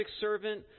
servant